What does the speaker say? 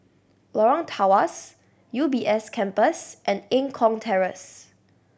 Lorong Tawas U B S Campus and Eng Kong Terrace